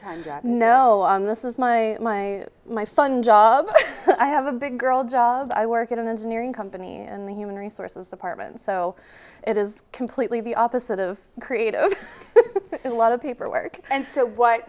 time no on this is my my my fun job i have a big girl job i work in an engineering company in the human resources department so it is completely the opposite of creative in a lot of paperwork and so what